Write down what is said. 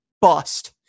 bust